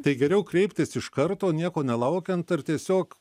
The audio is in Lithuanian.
tai geriau kreiptis iš karto nieko nelaukiant ar tiesiog